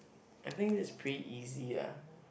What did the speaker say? I think this pretty easy ah